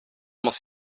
muss